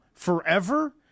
Forever